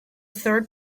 third